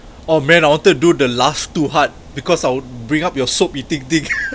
oh man I wanted to do the last two hard because I would bring up your soap eating thing